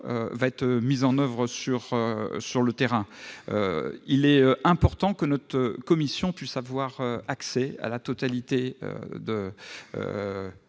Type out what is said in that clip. loi sera mise en oeuvre sur le terrain. Il est important que notre commission puisse avoir accès à la totalité du